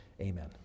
Amen